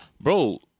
bro